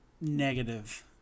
negative